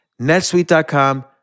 netsuite.com